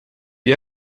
you